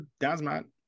Dazmat